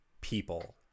people